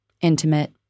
Intimate